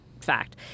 fact